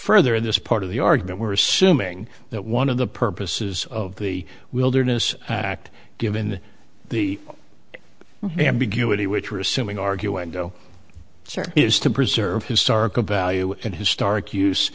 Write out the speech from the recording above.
further in this part of the argument we're assuming that one of the purposes of the wilderness act given the ambiguity which are assuming arguing go is to preserve historical value and historic use